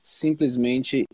simplesmente